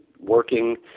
working